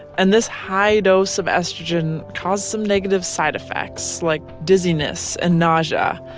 and this high dose of estrogen causes some negative side effects like dizziness and nausea,